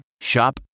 Shop